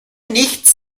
nichts